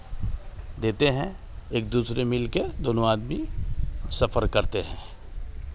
देते हैं एक दूसरे मिल के दोनों आदमी सफ़र करते हैं